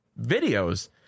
videos